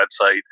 website